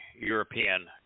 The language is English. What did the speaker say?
European